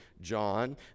John